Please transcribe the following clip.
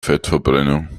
fettverbrennung